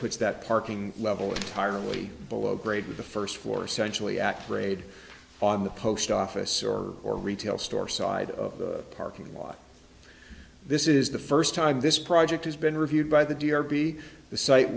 puts that parking level entirely below grade with the first floor sensually act grade on the post office or or retail store side of the parking lot this is the first time this project has been reviewed by the d r be the site